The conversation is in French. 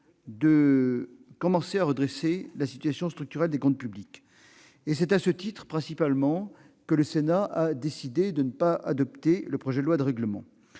commencer à redresser la situation structurelle des comptes publics. C'est à ce titre, principalement, que le Sénat a décidé de ne pas adopter ce projet de loi de règlement